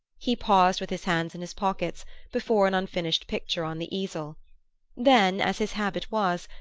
he paused with his hands in his pockets before an unfinished picture on the easel then, as his habit was,